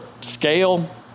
scale